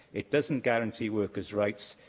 it doesn't guarantee workers' rights,